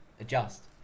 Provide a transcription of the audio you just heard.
adjust